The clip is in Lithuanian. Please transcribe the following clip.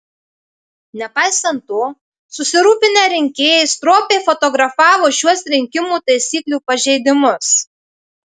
nepaisant to susirūpinę rinkėjai stropiai fotografavo šiuos rinkimų taisyklių pažeidimus